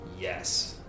yes